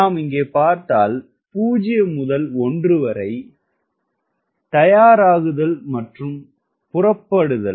நாம் இங்கே பார்த்தால் 0 முதல் 1 வரை வெப்பமயமாதல் மற்றும் புறப்படுதல்